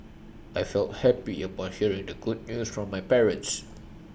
I felt happy upon hearing the good news from my parents